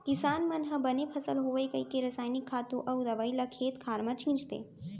किसान मन ह बने फसल होवय कइके रसायनिक खातू अउ दवइ ल खेत खार म छींचथे